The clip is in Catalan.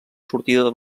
sortida